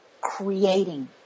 creating